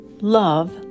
love